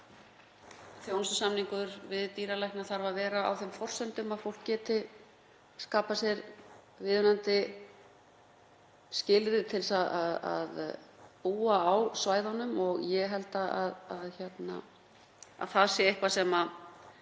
þjónustusamningar við dýralækna þurfa að vera á þeim forsendum að fólk geti skapað sér viðunandi skilyrði til þess að búa á svæðunum og ég held að það sé eitthvað sem við